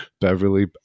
Beverly